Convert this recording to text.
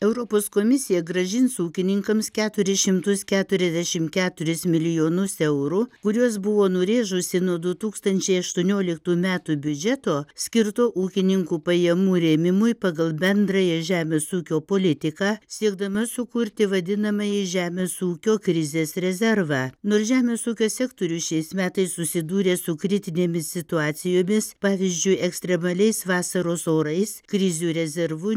europos komisija grąžins ūkininkams keturis šimtus keturiasdešimt keturis milijonus eurų kuriuos buvo nurėžusi nuo du tūkstančiai aštuonioliktų metų biudžeto skirto ūkininkų pajamų rėmimui pagal bendrąją žemės ūkio politiką siekdama sukurti vadinamąjį žemės ūkio krizės rezervą nors žemės ūkio sektorius šiais metais susidūrė su kritinėmis situacijomis pavyzdžiui ekstremaliais vasaros orais krizių rezervu